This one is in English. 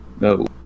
No